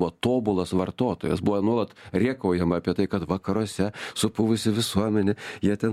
buvo tobulas vartotojas buvo nuolat rėkaujama apie tai kad vakaruose supuvusi visuomenė jie ten